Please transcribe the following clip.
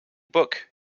book